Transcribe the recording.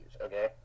okay